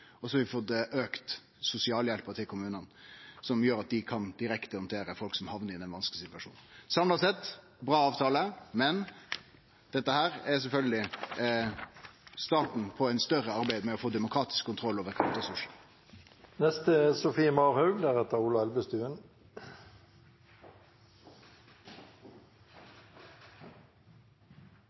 Og så har vi fått auka sosialhjelpa til kommunane, som gjer at dei kan direktehandtere folk som hamnar i denne vanskelege situasjonen. Samla sett er det ein bra avtale, men dette er sjølvsagt starten på eit større arbeid med å få demokratisk kontroll over